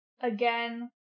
again